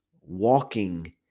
walking